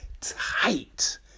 tight